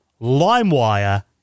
LimeWire